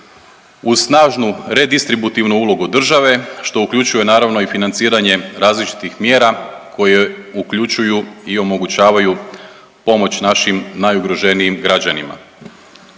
uz snažnu redistributivnu ulogu države što uključuje naravno i financiranje različitih mjera koje uključuju i omogućavaju pomoć našim najugroženijim građanima.